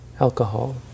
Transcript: Alcohol